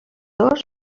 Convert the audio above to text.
dos